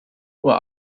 uhr